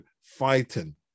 Fighting